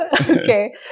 Okay